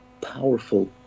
powerful